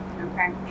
Okay